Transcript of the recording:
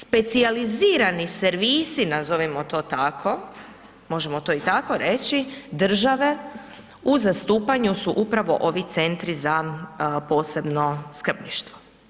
Specijalizirani servisi nazovimo to tako, možemo to i tako reći, države u zastupanju su upravo ovi centri za posebno skrbništvo.